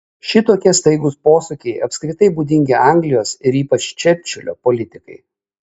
šitokie staigūs posūkiai apskritai būdingi anglijos ir ypač čerčilio politikai